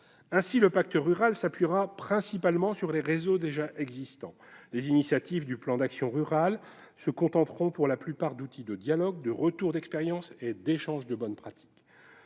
Ainsi, le pacte rural s'appuiera principalement sur les réseaux déjà existants. Les initiatives du plan d'action rural se contenteront pour la plupart d'outils de dialogue, de retours d'expérience et d'échanges de bonnes pratiques.